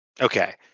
Okay